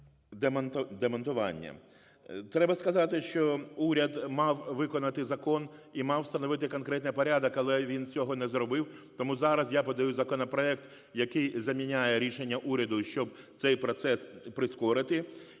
демонтування. Треба сказати, що уряд мав виконати закон і мав встановити конкретно порядок, але він цього не зробив. Тому зараз я подаю законопроект, який заміняє рішення уряду, щоб цей процес прискорити